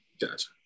Gotcha